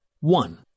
One